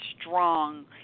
strong